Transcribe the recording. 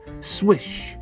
swish